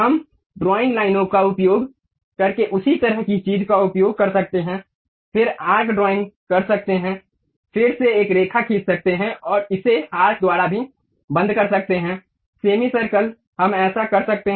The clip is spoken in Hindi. हम ड्राइंग लाइनों का उपयोग करके उसी तरह की चीज का उपयोग कर सकते हैं फिर आर्क ड्राइंग कर सकते हैं फिर से एक रेखा खींच सकते हैं और इसे आर्क द्वारा भी बंद कर सकते हैं सेमी सर्कल हम ऐसा कर सकते हैं